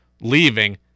leaving